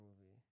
movie